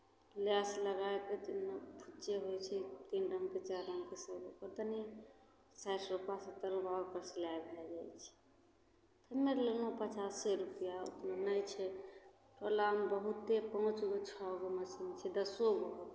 लैस लगाय कऽ जेना जे होइ छै तीन रङ्गके चारि रङ्गके से तनी साठि रुपैआ सत्तरि रुपैआ ओकर सिलाइ भए जाइ छै हम्मे अर लेलहुँ पचासे रुपैआ ओतना नहि छै टोलामे बहुते पाँच गो छओ गो मशीन छै दसो गो होतै